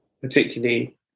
particularly